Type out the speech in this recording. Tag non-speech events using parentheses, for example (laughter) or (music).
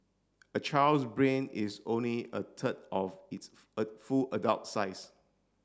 a child's brain is only a third of its (hesitation) full adult size